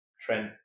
Trent